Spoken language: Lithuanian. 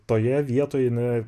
toje vietoj jinai